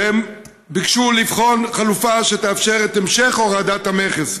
וביקשו לבחון חלופה שתאפשר את המשך הורדת המכס,